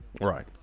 Right